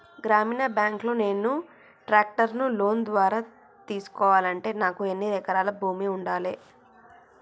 గ్రామీణ బ్యాంక్ లో నేను ట్రాక్టర్ను లోన్ ద్వారా తీసుకోవాలంటే నాకు ఎన్ని ఎకరాల భూమి ఉండాలే?